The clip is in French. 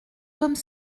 comme